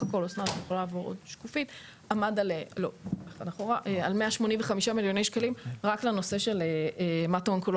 כל הסכום עמד על 185 מיליון שקלים רק בנושא של המטואונקולוגיה.